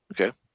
Okay